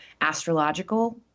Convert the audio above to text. astrological